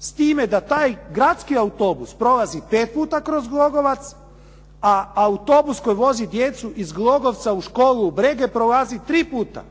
s time da taj gradski autobus prolazi 5 puta kroz Glogovac, a autobus koji vozi djecu iz Glogovca u školu u Brege prolazi 3 puta